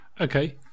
Okay